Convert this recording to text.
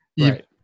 Right